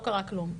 לא קרה כלום',